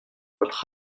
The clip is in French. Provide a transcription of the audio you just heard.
votre